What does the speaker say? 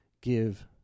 give